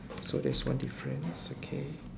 so there is one difference okay